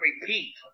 repeat